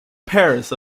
pairs